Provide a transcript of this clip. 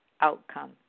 outcome